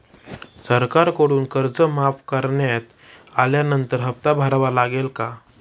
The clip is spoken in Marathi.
सरकारकडून कर्ज माफ करण्यात आल्यानंतर हप्ता भरावा लागेल का?